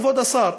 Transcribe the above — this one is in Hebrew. כבוד השר,